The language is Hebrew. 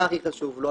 מה הכי חשוב לו,